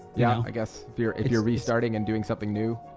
yeah i guess, if you're if you're restarting and doing something new.